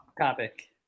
topic